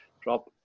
drop